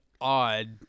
odd